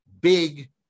big